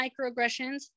microaggressions